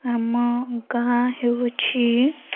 ଆମ ଗାଁ ହେଉଛି